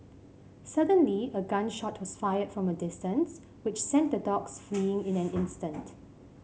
suddenly a gun shot was fired from a distance which sent the dogs fleeing in an instant